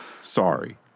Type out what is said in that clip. Sorry